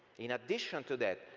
in addition to that,